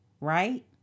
right